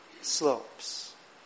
slopes